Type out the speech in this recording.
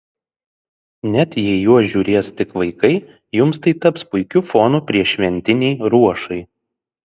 net jei juos žiūrės tik vaikai jums tai taps puikiu fonu prieššventinei ruošai